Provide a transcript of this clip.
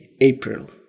April